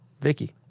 Vicky